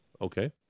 Okay